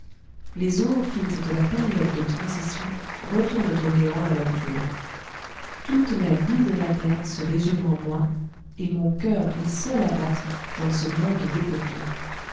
les zoophytes de la période de transition retournent au néant à leur tour toute la vie de la terre se résume en moi et mon coeur est seul à battre dans ce monde dépeuplé